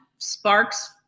sparks